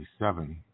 1967